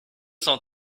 cent